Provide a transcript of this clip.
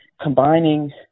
combining